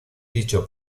dicho